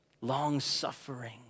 Long-suffering